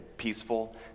peaceful